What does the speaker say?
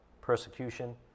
persecution